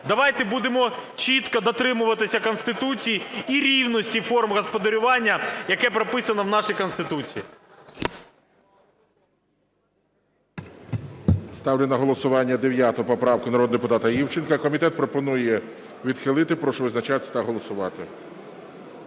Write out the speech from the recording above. Давайте будемо чітко дотримуватися Конституції і рівності форм господарювання, яка прописана в нашій Конституції.